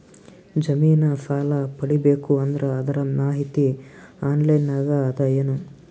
ಜಮಿನ ಸಾಲಾ ಪಡಿಬೇಕು ಅಂದ್ರ ಅದರ ಮಾಹಿತಿ ಆನ್ಲೈನ್ ನಾಗ ಅದ ಏನು?